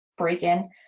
break-in